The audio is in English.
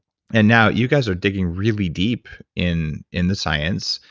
and now you guys are digging really deep in in the science,